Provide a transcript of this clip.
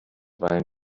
weilen